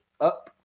up